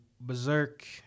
Berserk